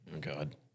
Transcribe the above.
God